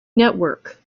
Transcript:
network